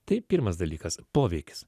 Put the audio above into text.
tai pirmas dalykas poveikis